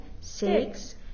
six